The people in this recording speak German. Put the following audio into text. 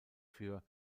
für